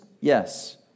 yes